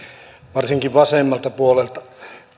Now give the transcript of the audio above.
varsinkin vasemmalta puolelta